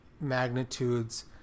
magnitudes